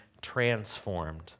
transformed